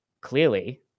clearly